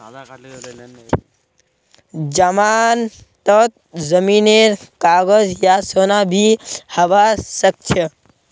जमानतत जमीनेर कागज या सोना भी हबा सकछे